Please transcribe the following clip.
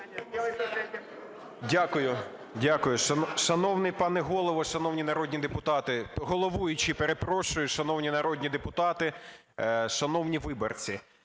Дякую. Шановний пане Голово, шановні народні депутати… головуючий, перепрошую, шановні народні депутати, шановні виборці.